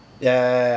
ya ya ya ya